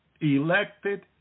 elected